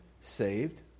saved